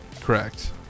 Correct